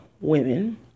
women